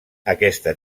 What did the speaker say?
aquesta